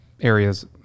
areas